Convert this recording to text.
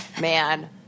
Man